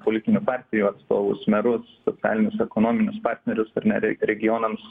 politinių partijų atstovus merus socialinius ekonominius partnerius ar ne re regionams